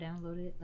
downloaded